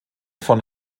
von